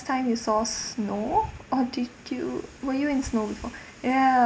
time you saw snow or did you were you in snow before ya